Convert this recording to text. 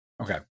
okay